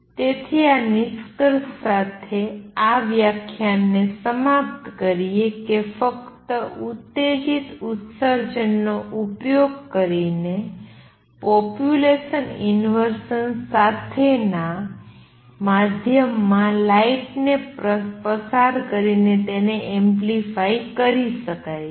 તેથી આ નિષ્કર્ષ સાથે આ વ્યાખ્યાનને સમાપ્ત કરીએ કે ફક્ત ઉત્તેજીત ઉત્સર્જન નો ઉપયોગ કરીને પોપ્યુલેસન ઇનવર્સન સાથેના માધ્યમમાં લાઇટ ને પસાર કરીને તેને એમ્પ્લિફાઇ કરી શકાય છે